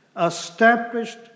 established